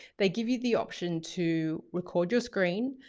they give you the option to record your screen.